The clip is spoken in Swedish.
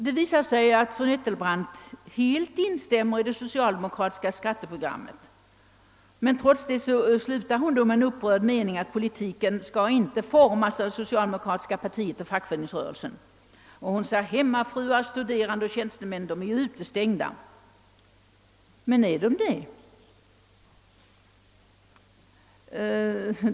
Det visar sig alltså att fru Nettelbrandt helt instämmer i det socialdemokratiska skatteprogrammet. Men trots detta slutar hon med en upprörd mening att politiken inte skall formas i det socialdemokratiska partiet och i fackföreningsrörelsen. Hon sade att hemmafruar, studerande och tjänstemän är utestängda. är de det?